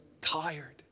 tired